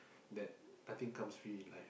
that nothing comes free like